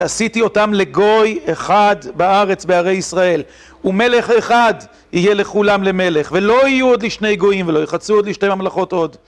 עשיתי אותם לגוי אחד בארץ, בערי ישראל, ומלך אחד יהיה לכולם למלך, ולא יהיו עוד לשני גויים ולא יחצו עוד לשתי ממלכות עוד.